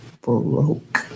broke